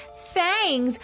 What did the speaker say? fangs